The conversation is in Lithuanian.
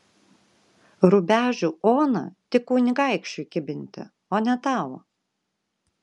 rubežių oną tik kunigaikščiui kibinti o ne tau